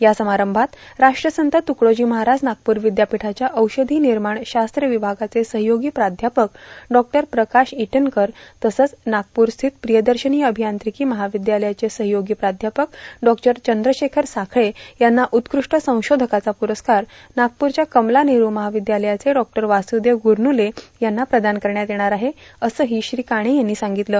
या समारंभात राष्ट्रसंत तुकडोजी महाराज नागपूर विद्यापीठाच्या औषधीनिर्माण शास्त्र विभागाचे सहयोगी प्राध्यापक डॉ प्रकाश ईटनकर तसंच नागपूर स्थित प्रियदर्शिनी अभियांत्रिकी महाविद्यालयाचे सहयोगी प्राध्यापक डॉ चन्द्रशेखर साखळे यांना उत्कृष्ट शिक्षकांचा तर उत्कृष्ट संशोधकाचा पुरस्कार नागपूरच्याच कमला नेहरू महाविद्यालयाचे डॉ वासुदेव गुरवुले यांना प्रदान करण्यात येणार आहे असंही श्री काणे यांनी सांगितलं